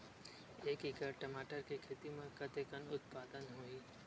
एक एकड़ टमाटर के खेती म कतेकन उत्पादन होही?